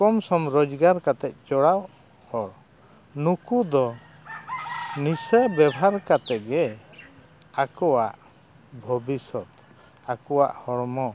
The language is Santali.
ᱠᱚᱢ ᱥᱚᱢ ᱨᱳᱡᱽᱜᱟᱨ ᱠᱟᱛᱮ ᱪᱚᱲᱟᱣ ᱦᱚᱲ ᱱᱩᱠᱩ ᱫᱚ ᱱᱤᱥᱟᱹ ᱵᱮᱵᱷᱟᱨ ᱠᱟᱛᱮ ᱜᱮ ᱟᱠᱚᱣᱟᱜ ᱵᱷᱚᱵᱤᱥᱚᱛ ᱟᱠᱚᱣᱟᱜ ᱦᱚᱲᱢᱚ